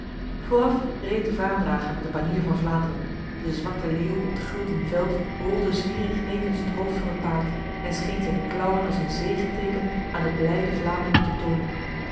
vooraf reed de vaandrager met de banier van vlaanderen de zwarte leeuw op het gulden veld rolde zwierig nevens het hoofd van het paard en scheen zijn klauwen als een zegeteken aan de blijde vlamingen te tonen